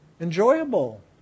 enjoyable